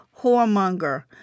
whoremonger